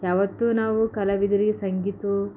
ಯಾವತ್ತು ನಾವು ಕಲಾವಿದ್ರಿಗೆ ಸಂಗೀತ